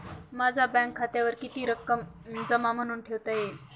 माझ्या बँक खात्यावर किती रक्कम जमा म्हणून ठेवता येईल?